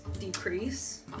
decrease